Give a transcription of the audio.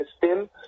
system